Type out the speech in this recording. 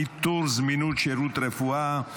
ניטור זמינות שירותי רפואה),